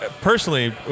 Personally